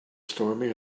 stormy